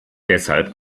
deshalb